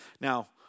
Now